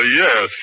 yes